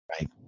Right